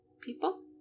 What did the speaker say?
people